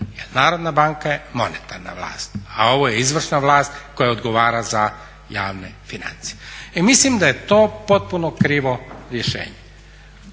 Narodna banka je monetarna vlast, a ovo je izvršna vlast koja odgovara za javne financije. I mislim da je to potpuno krivo rješenje.